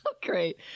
great